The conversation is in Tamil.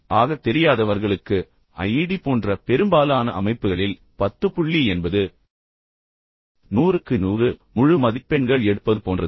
ஆக தெரியாதவர்களுக்கு ஐஐடி போன்ற பெரும்பாலான அமைப்புகளில் 10 புள்ளி என்பது 100க்கு 100 முழு மதிப்பெண்கள் எடுப்பது போன்றது